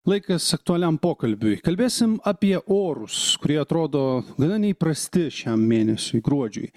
laikas aktualiam pokalbiui kalbėsim apie orus kurie atrodo gana neįprasti šiam mėnesiui gruodžiui